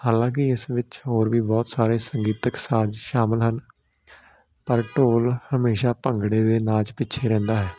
ਹਾਲਾਂਕਿ ਇਸ ਹੋਰ ਵੀ ਬਹੁਤ ਸਾਰੇ ਸੰਗੀਤਕ ਸਾਜ਼ ਸ਼ਾਮਿਲ ਹਨ ਪਰ ਢੋਲ ਹਮੇਸ਼ਾਂ ਭੰਗੜੇ ਦੇ ਨਾਚ ਪਿੱਛੇ ਰਹਿੰਦਾ ਹੈ